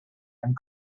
and